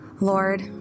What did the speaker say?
Lord